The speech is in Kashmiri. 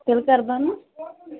تیٚلہِ کٔر بنن